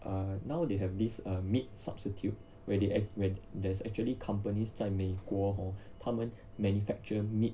err now they have this err meat substitute where they act~ where there's actually companies 在美国 hor 他们 manufacture meat